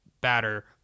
batter